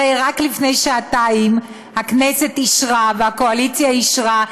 הרי רק לפני שעתיים הכנסת אישרה והקואליציה אישרה.